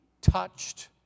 touched